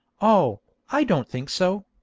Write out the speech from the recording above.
oh, i don't think so.